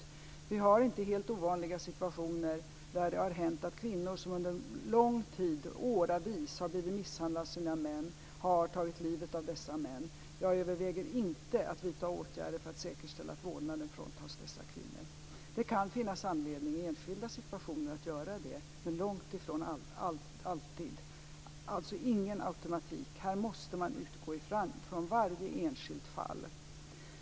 Det är inte helt ovanliga situationer att kvinnor som under lång tid, åravis, blivit misshandlade av sina män har tagit livet av dessa män. Jag överväger inte att vidta åtgärder för att säkerställa att vårdnaden fråntas dessa kvinnor. Det kan finnas anledning i enskilda situationer att göra det men långt ifrån alltid - alltså ingen automatik. Här måste man utgå från varje enskilt fall.